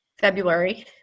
February